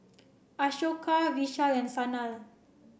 Ashoka Vishal and Sanal